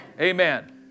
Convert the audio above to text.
Amen